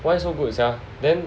why so good sia then